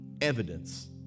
evidence